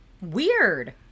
Weird